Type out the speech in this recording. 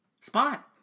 Spot